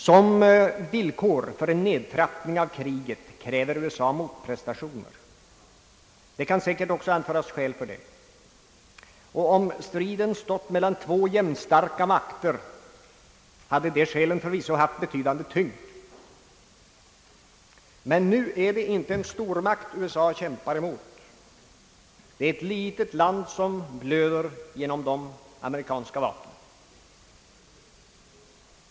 Som villkor för en nedtrappning av kriget kräver USA motprestationer. Det kan säkert också anföras skäl för detta. Och om striden stått mellan två jämnstarka makter hade de skälen förvisso haft betydande tyngd. Men nu är det inte en stormakt USA kämpar mot. Det är ett litet land som blöder genom de amerikanska vapnen.